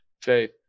faith